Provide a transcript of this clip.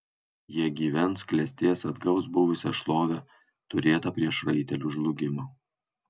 jie gyvens klestės atgaus buvusią šlovę turėtą prieš raitelių žlugimą